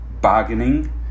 bargaining